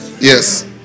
Yes